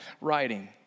writing